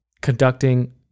conducting